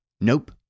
Nope